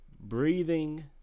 breathing